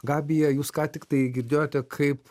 gabija jūs ką tiktai girdėjote kaip